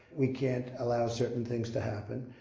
we can't allow certain things to happen.